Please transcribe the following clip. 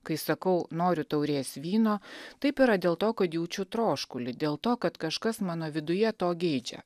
kai sakau noriu taurės vyno taip yra dėl to kad jaučiu troškulį dėl to kad kažkas mano viduje to geidžia